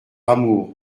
amour